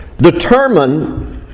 Determine